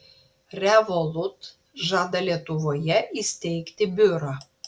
revolut žada lietuvoje įsteigti biurą